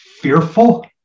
fearful